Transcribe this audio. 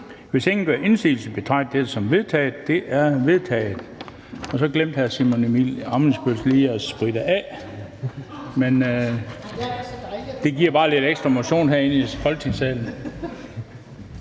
Hvis ingen gør indsigelse, betragter jeg dette som vedtaget. Det er vedtaget. Og så glemte hr. Simon Emil Ammitzbøll-Bille lige at spritte af – det giver bare lidt ekstra motion herinde i Folketingssalen.